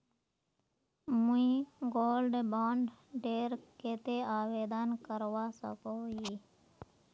मुई gold bond डेर केते आवेदन करवा सकोहो ही?